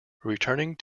returning